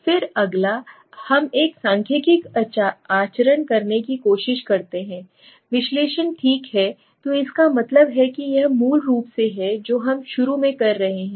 फिर अगला हम एक सांख्यिकीय आचरण करने की कोशिश करते हैं विश्लेषण ठीक है तो इसका मतलब है कि यह मूल रूप से है जो हम शुरू में कर रहे हैं